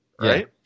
right